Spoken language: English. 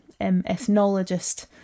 ethnologist